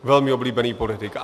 Velmi oblíbený politik.